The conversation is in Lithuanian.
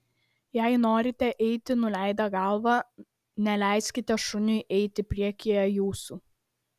jei norite eiti nuleidę galvą neleiskite šuniui eiti priekyje jūsų